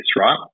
right